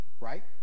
Right